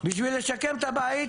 בשביל לשקם את הבית